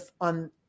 on